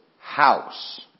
house